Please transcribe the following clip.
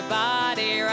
body